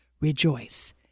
Rejoice